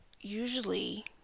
usually